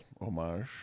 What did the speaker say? homage